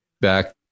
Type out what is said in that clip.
back